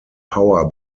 power